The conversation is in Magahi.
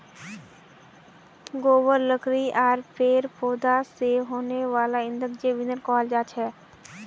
गोबर लकड़ी आर पेड़ पौधा स पैदा हने वाला ईंधनक जैव ईंधन कहाल जाछेक